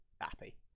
happy